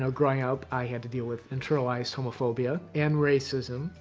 so growing up i had to deal with internalized homophobia and racism,